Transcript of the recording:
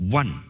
one